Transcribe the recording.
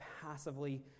passively